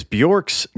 Bjork's